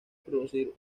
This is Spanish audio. producir